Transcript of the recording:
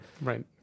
Right